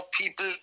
people